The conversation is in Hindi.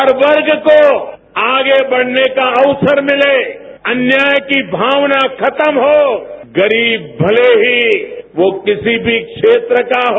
हर वर्ग को आगे बढ़ने का अवसर मिले अन्याय की भावना खत्म हो गरीब भले ही वो किसी भी क्षेत्र का हो